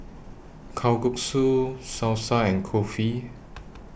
Kalguksu Salsa and Kulfi